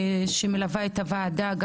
שמלווה את הוועדה.